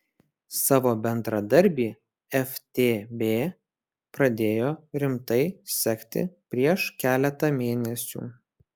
savo bendradarbį ftb pradėjo rimtai sekti prieš keletą mėnesių